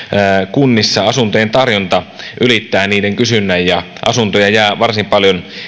kunnissa asuntojen tarjonta ylittää niiden kysynnän ja asuntoja jää varsin paljon